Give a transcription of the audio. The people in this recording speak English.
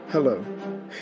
Hello